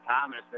Thomas